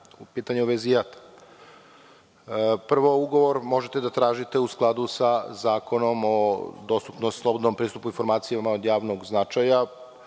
na pitanje JAT-a. Prvo, ugovor možete da tražite u skladu sa Zakonom o slobodnom pristupu informacijama od javnog značaja.